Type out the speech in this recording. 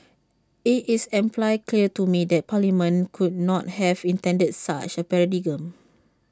IT is amply clear to me that parliament could not have intended such A paradigm